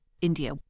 India